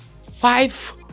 five